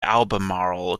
albemarle